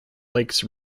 lakes